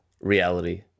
reality